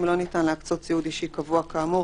אם לא ניתן להקצות ציוד אישי קבוע כאמור,